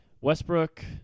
Westbrook